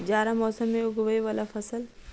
जाड़ा मौसम मे उगवय वला फसल?